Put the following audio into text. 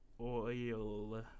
oil